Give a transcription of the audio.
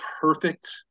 perfect